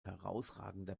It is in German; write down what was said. herausragender